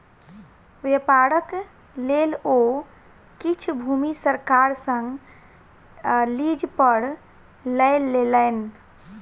व्यापारक लेल ओ किछ भूमि सरकार सॅ लीज पर लय लेलैन